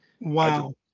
Wow